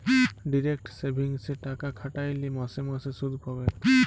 direct সেভিংসে টাকা খ্যাট্যাইলে মাসে মাসে সুদ পাবেক